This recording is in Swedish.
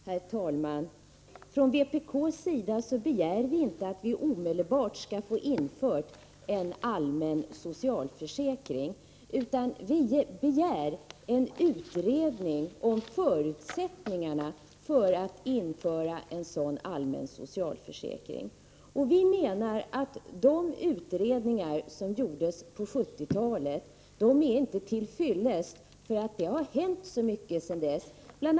Herr talman! Från vpk:s sida begär vi inte att vi omedelbart skall få en allmän socialförsäkring införd. Vi begär en utredning om förutsättningarna för införande av en sådan allmän socialförsäkring. Vi menar att de utredningar som gjordes på 1970-talet inte är till fyllest, eftersom det har hänt så mycket sedan dess. Bl.